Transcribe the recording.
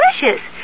Delicious